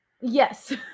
Yes